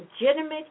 legitimate